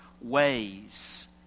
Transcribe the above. ways